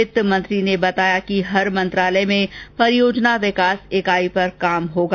वित्त मंत्री ने बताया कि हर मंत्रालय में परियोजना विकास इकाई पर काम होगा